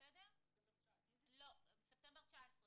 ספטמבר 19,